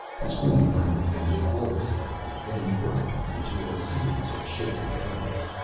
the screen finally began to glow slightly, then brightened into a series of shifting colors.